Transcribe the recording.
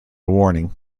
warning